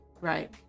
right